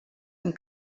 amb